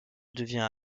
devient